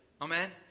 Amen